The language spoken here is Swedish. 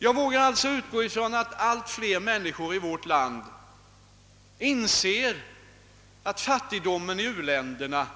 Jag vågar utgå från att allt fler människor i vårt land inser att fattigdomen i u-länderna